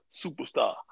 superstar